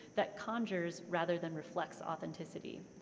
that conjures, rather than reflects, authenticity.